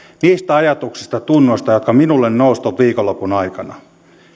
niistä ajatuksista tunnoista jotka minulle nousivat tuon viikonlopun aikana